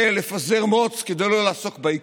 זה לפזר מוץ כדי לא לעסוק בעיקר.